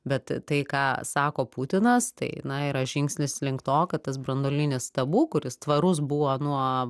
bet tai ką sako putinas tai na yra žingsnis link to kad tas branduolinis tabu kuris tvarus buvo nuo